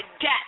death